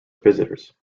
visitors